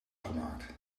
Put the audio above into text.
gemaakt